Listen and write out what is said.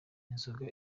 inzoga